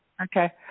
Okay